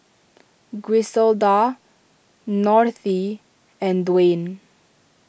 Griselda and Dawne